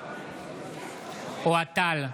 אוהד טל,